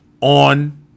on